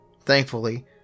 Thankfully